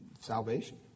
salvation